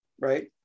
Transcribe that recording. right